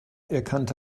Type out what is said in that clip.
erkannte